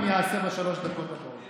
את הסיכום אני אעשה בשלוש הדקות הבאות.